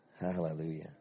Hallelujah